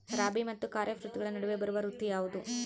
ರಾಬಿ ಮತ್ತು ಖಾರೇಫ್ ಋತುಗಳ ನಡುವೆ ಬರುವ ಋತು ಯಾವುದು?